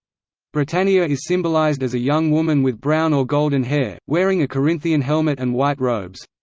britannia is symbolised as a young woman with brown or golden hair, wearing a corinthian helmet and white robes.